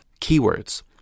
Keywords